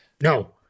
no